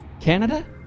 Canada